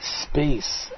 space